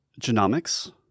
genomics